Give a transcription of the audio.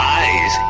eyes